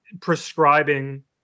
prescribing